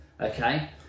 Okay